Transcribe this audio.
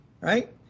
right